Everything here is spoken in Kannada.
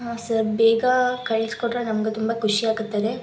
ಹಾಂ ಸರ್ ಬೇಗ ಕಳಿಸ್ಕೊಟ್ರೆ ನಮ್ಗೆ ತುಂಬ ಖುಷಿಯಾಗುತ್ತದೆ